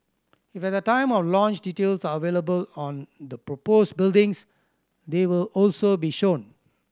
if at the time of launch details are available on the proposed buildings they will also be shown